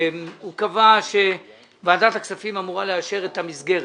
הוא קבע שוועדת הכספים אמורה לאשר את המסגרת,